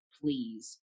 Please